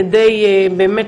כדי באמת,